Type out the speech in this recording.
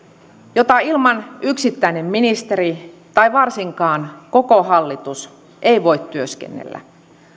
jota ilman yksittäinen ministeri tai varsinkaan koko hallitus ei voi työskennellä